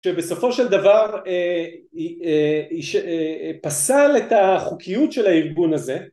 שבסופו של דבר פסל את החוקיות של הארגון הזה